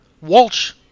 Walsh